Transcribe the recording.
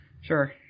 Sure